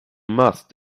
must